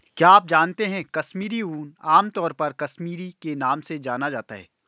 क्या आप जानते है कश्मीरी ऊन, आमतौर पर कश्मीरी के नाम से जाना जाता है?